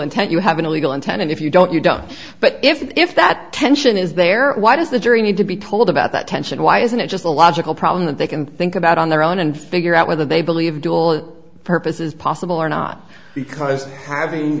intent you have an illegal intent and if you don't you don't but if that tension is there why does the jury need to be told about that tension why isn't it just a logical problem that they can think about on their own and figure out whether they believe dual purpose is possible or not because having